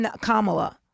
Kamala